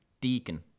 deacon